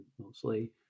mostly